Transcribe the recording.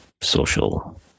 social